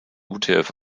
utf